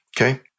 okay